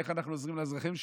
איך אנחנו עוזרים לאזרחים שלנו?